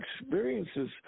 experiences